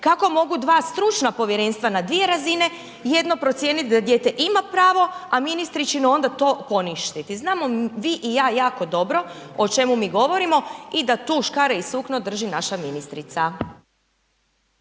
Kako mogu dva stručna povjerenstva na dvije razine, jedno procijenit da dijete ima pravo, a ministričino onda to poništi. Znamo vi i ja jako dobro, o čemu mi govorimo i da tu škare i sukno drži naša ministrica.